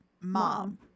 mom